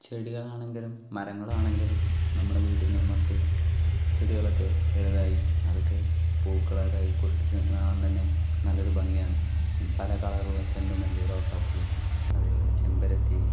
ചെടികളാണെങ്കിലും മരങ്ങളാണെങ്കിലും നമമുടെ വീട്ടിൻ്റെ ഉമ്മറത്ത് ചെടികളൊക്കെ വലുതായി അതൊക്കെ പൂക്കളക്കെയായി പുഷ്പിച്ചു നിൽക്കണ കാണാൻതന്നെ നല്ലൊരുഭംഗിയാണ് പല കളറുള്ള ചെണ്ടുമല്ലി റോസാപ്പൂ അതേപോലെ ചെമ്പരത്തി